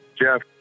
Jeff